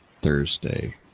Thursday